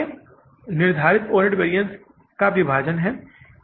आगे निर्धारित overhead variance के विभाजन हैं